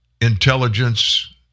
intelligence